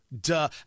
Duh